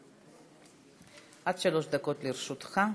עד שלוש דקות לרשותך,